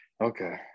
Okay